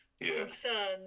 concern